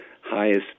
highest